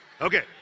Okay